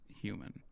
human